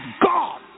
God